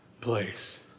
place